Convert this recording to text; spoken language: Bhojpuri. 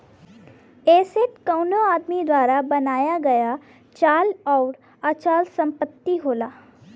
एसेट कउनो आदमी द्वारा बनाया गया चल आउर अचल संपत्ति होला